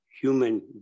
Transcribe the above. human